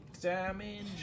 damage